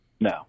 no